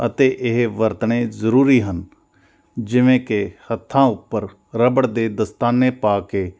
ਅਤੇ ਇਹ ਵਰਤਣੇ ਜ਼ਰੂਰੀ ਹਨ ਜਿਵੇਂ ਕਿ ਹੱਥਾਂ ਉੱਪਰ ਰਬੜ ਦੇ ਦਸਤਾਨੇ ਪਾ ਕੇ